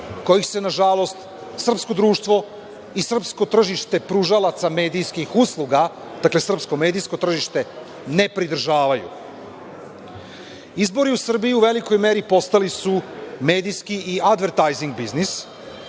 kojih se na žalost srpsko društvo i srpsko tržište pružalaca medijskih usluga, srpsko-medijsko tržište ne pridržavaju. Izbori u Srbiji u velikoj meri postali su medijski advertajzing biznis